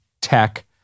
tech